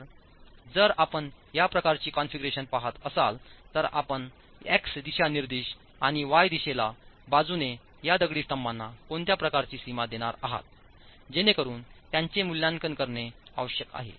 तर जर आपण या प्रकारची कॉन्फिगरेशन पहात असाल तर आपण एक्स दिशानिर्देश आणि वाय दिशेला बाजूने या दगडी स्तंभांना कोणत्या प्रकारची सीमा देणार आहात जेणेकरून त्याचे मूल्यांकन करणे आवश्यक आहे